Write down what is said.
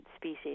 species